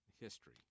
history